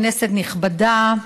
כנסת נכבדה,